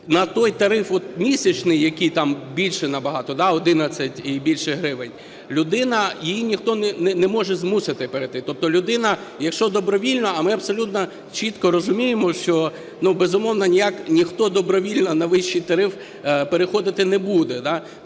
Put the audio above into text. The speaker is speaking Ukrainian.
на той тариф от місячний, який там більше набагато, 11 і більше гривень, людина, її ніхто не може змусити перейти. Тобто людина, якщо добровільно… А ми абсолютно чітко розуміємо, що, безумовно, ніяк ніхто добровільно на вищий тариф переходити не буде.